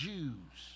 Jews